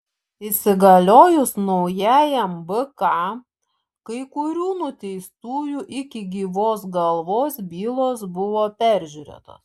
įsigaliojus naujajam bk kai kurių nuteistųjų iki gyvos galvos bylos buvo peržiūrėtos